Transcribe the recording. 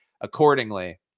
accordingly